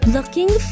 Looking